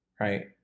right